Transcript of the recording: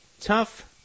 Tough